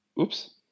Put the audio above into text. Oops